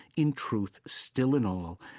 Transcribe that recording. in truth, still and all,